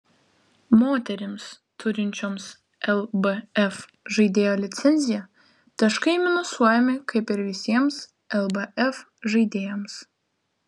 moterims turinčioms lbf žaidėjo licenciją taškai minusuojami kaip ir visiems lbf žaidėjams